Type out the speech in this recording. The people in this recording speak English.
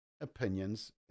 opinions